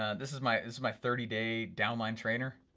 ah this is my is my thirty day downline trainer.